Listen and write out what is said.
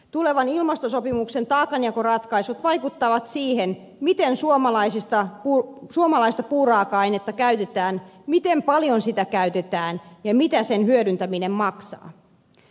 tulevan ilmastosopimuksen taakanjakoratkaisut vaikuttavat siihen miten suomalaista puuraaka ainetta käytetään miten paljon sitä käytetään ja mitä sen hyödyntäminen maksaa